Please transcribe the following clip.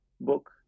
book